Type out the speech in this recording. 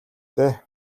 дээ